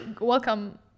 Welcome